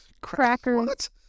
Crackers